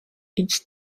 each